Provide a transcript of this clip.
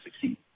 succeed